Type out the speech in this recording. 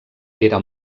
era